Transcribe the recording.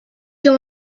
you